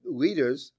leaders